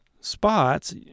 spots